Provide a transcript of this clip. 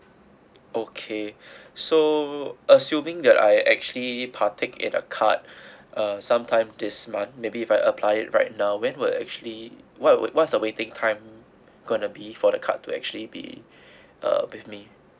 okay so assuming that I actually partake in a card uh sometime this month maybe if I apply it right now when will actually what will what's the waiting time gonna be for the card to actually be uh with me